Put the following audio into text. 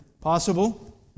Possible